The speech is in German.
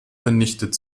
vernichtet